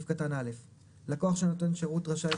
28. (א) לקוח של נותן שירות רשאי,